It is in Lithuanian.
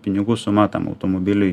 pinigų sumą tam automobiliui